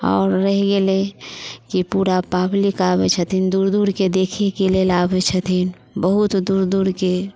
आओर रहि गेलै तऽ की पूरा पब्लिक आबै छथिन दूर दूरके देखैके लेल आबै छथिन बहुत दूर दूरके